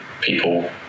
people